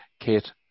Kate